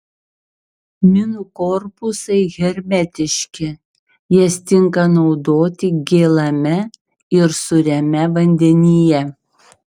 minų korpusai hermetiški jas tinka naudoti gėlame ir sūriame vandenyje